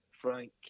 Frank